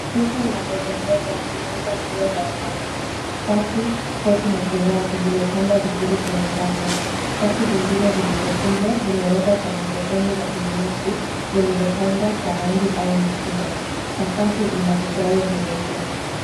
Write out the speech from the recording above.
Duka la rejareja, linauza nguo za wanaume, shati, koti, na suruali zimepangwa vizuri kwenye rafu, shati zingine zilizokunjwa, zimewekwa kwenye sehemu zingine za kibinafsi, zilizopangwa kwa rangi au mtindo. Sakafu ina vigae vyeupe.